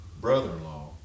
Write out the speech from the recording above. brother-in-law